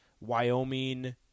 Wyoming